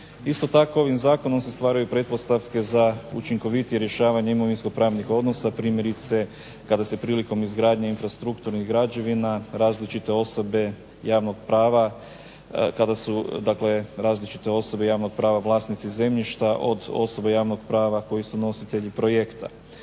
Isto tako, ovim zakonom se stvaraju pretpostavke za učinkovitije rješavanje imovinskopravnih odnosa, primjerice kada se prilikom izgradnje infrastrukturnih građevina različite osobe javnog prava, kada su dakle različite osobe javnog prava vlasnici zemljišta od osobe javnog prava koji su nositelji projekta.